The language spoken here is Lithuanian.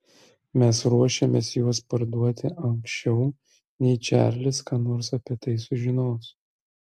mes ruošiamės juos parduoti anksčiau nei čarlis ką nors apie tai sužinos